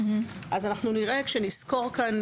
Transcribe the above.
אז כשנסקור כאן